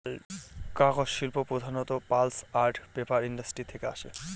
কাগজ শিল্প প্রধানত পাল্প আন্ড পেপার ইন্ডাস্ট্রি থেকে আসে